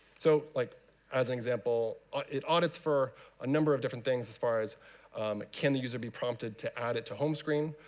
so like as an example, it audits for a number of different things as far as can the user be prompted to add it to home screen,